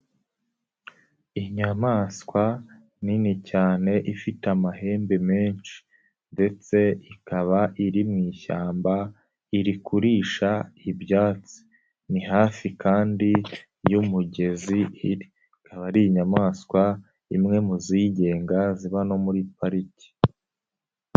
Inyamaswa nini cyane ifite amahembe menshi ndetse ikaba iri mu ishyamba iri kurisha ibyatsi, ni hafi kandi y'umugezi iri, ikaba ari inyamaswa imwe mu zigenga ziba no muri pariki.